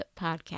Podcast